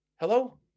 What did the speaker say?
hello